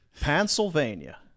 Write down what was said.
Pennsylvania